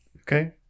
Okay